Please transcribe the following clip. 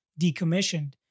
decommissioned